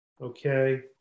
Okay